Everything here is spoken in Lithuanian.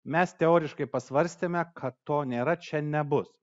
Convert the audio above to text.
mes teoriškai pasvarstėme kad to nėra čia nebus